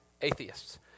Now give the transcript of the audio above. atheists